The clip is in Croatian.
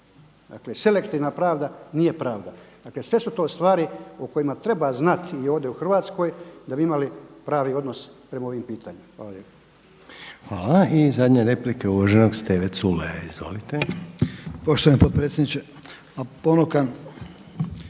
Dakle, selektivna pravda nije pravda. Dakle, sve su to stvari o kojima treba znati i ovdje u Hrvatskoj da bi imali pravi odnos prema ovim pitanjima. Hvala lijepo. **Reiner, Željko (HDZ)** Hvala. I zadnja replika